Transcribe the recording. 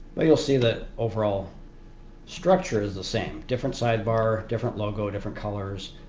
but you'll see that overall structure is the same. different sidebar, different logo, different colors,